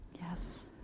Yes